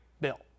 bill